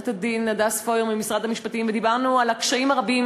בוועדת החוקה עם עורכת-הדין הדס פורר ודיברנו על הקשיים הרבים